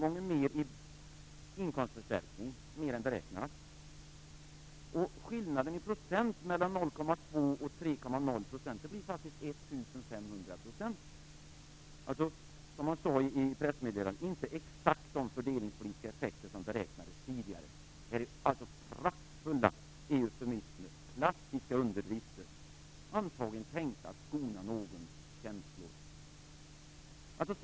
och 3,0 % blir faktiskt 1 500 %. Det blev, som det stod i pressmeddelandet, inte exakt de fördelningspolitiska effekter som beräknades tidigare. Detta är praktfulla eufemismer - klassiska underdrifter - antagligen tänkta att skona någons känslor.